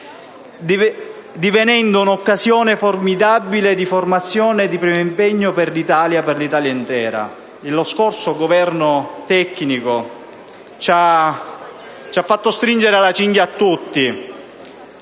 divenendo un'occasione formidabile di formazione e di primo impiego per l'Italia, per l'Italia intera. Lo scorso Governo tecnico ha fatto stringere la cinghia a tutti,